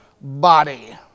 body